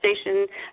station